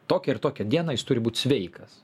tokią ir tokią dieną jis turi būt sveikas